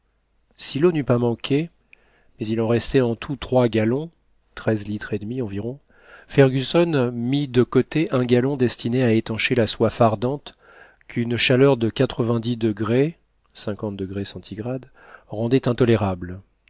si l'eau n'eut pas manqué mais il en restait en tout trois gallons treize litres et demi environ fergusson mit de côté un gallon destiné à étancher la soif ardente qu'une chaleur de quatre-vingt-dix degrés rendait intolérable